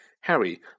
Harry